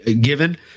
given